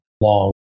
long